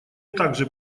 также